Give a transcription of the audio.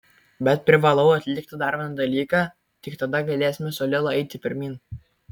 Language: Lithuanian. bet privalau atlikti dar vieną dalyką tik tada galėsime su lila eiti pirmyn